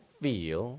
feel